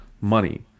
money